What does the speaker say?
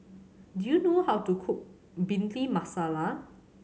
do you know how to cook Bhindi Masala